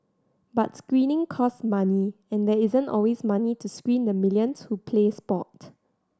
but screening costs money and there isn't always money to screen the millions who play sport